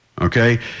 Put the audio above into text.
okay